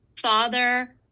father